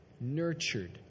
nurtured